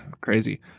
crazy